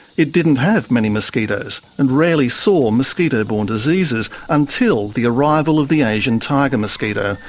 it didn't have many mosquitoes and rarely saw mosquito-borne diseases, until the arrival of the asian tiger mosquito.